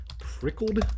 Prickled